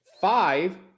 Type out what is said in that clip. Five